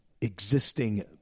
existing